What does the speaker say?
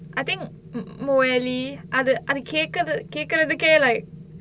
I think muesli அது அது கேக்குற~ கேக்குறதுக்கே:athu athu kekkura~ kekkurathukkae like